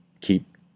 keep